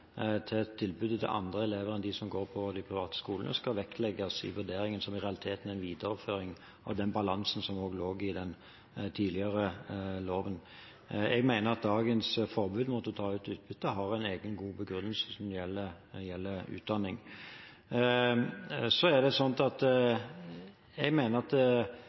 til tilbudet til andre elever enn de som går på de private skolene, skal vektlegges i vurderingen, som i realiteten er en videreføring av den balansen som også lå i den tidligere loven. Jeg mener at dagens forbud mot å ta ut utbytte har en egen god begrunnelse, som gjelder utdanning. Så mener jeg at